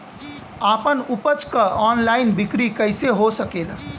आपन उपज क ऑनलाइन बिक्री कइसे हो सकेला?